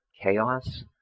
chaos